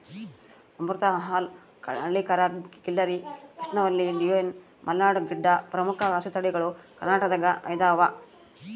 ಅಮೃತ ಮಹಲ್ ಹಳ್ಳಿಕಾರ್ ಖಿಲ್ಲರಿ ಕೃಷ್ಣವಲ್ಲಿ ಡಿಯೋನಿ ಮಲ್ನಾಡ್ ಗಿಡ್ಡ ಪ್ರಮುಖ ಹಸುತಳಿಗಳು ಕರ್ನಾಟಕದಗೈದವ